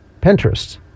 Pinterest